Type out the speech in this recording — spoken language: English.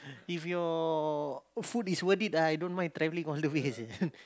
if your food is worth it I don't mind travelling all the way